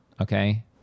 okay